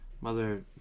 mother